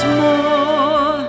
more